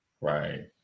Right